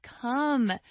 come